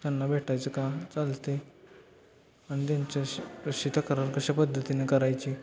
त्यांना भेटायचं का चालते आणि त्यांच्याशी कशी तक्रार कशा पद्धतीने करायची